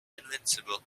invincible